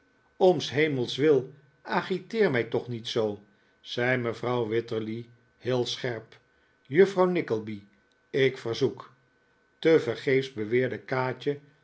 om s hemels wil agiteer mij toch niet zoo zei mevrouw wititterly heel scherp juffrouw nickleby ik verzoek tevergeefs beweerde kaatje